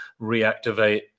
reactivate